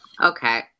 Okay